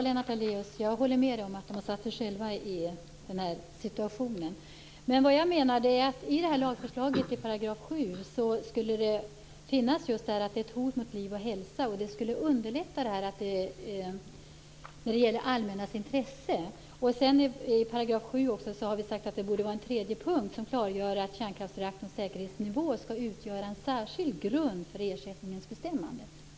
Fru talman! Jag håller med Lennart Daléus om att ägarna själva har försatt sig i den här situationen. Vad jag menar är att i lagförslagets paragraf 7 borde ingå att kärnkraften är ett hot mot liv och hälsa. Det skulle underlätta vad avser det allmännas intresse. Paragraf 7 borde också ha en tredje punkt där man klargör att kärnkraftsreaktorernas säkerhetsnivå skall utgöra en särskild grund för ersättningens bestämmande.